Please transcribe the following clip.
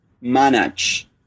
manage